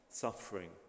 Suffering